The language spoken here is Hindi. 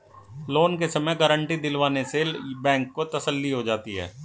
लोन के समय गारंटी दिलवाने से बैंक को तसल्ली हो जाती है